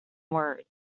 words